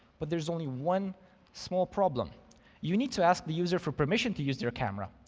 but there's only one small problem you need to ask the user for permission to use their camera.